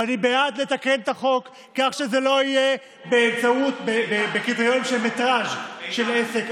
ואני בעד לתקן את החוק כך שזה לא יהיה קריטריון של מטרז' של עסק,